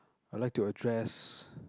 I'll like to address